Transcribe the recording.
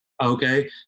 Okay